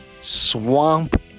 swamp